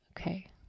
okay